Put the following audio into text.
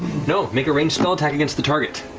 no, make a ranged spell attack against the target.